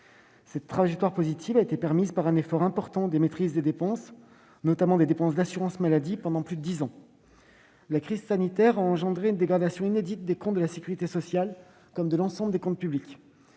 Cette trajectoire positive a été permise par un effort important de maîtrise des dépenses, notamment des dépenses d'assurance maladie pendant plus de dix ans. La crise sanitaire a engendré une dégradation inédite des comptes de la sécurité sociale comme de l'ensemble des comptes publics.